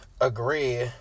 Agree